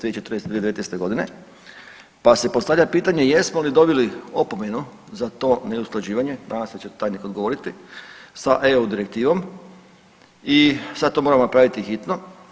2019.g. pa se postavlja pitanje jesmo li dobili opomenu za to neusklađivanje, nadam se da će tajnik odgovoriti, sa EU direktivom i sad to moramo napraviti hitno?